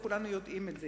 וכולנו יודעים את זה.